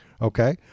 Okay